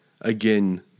again